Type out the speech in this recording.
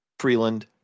Freeland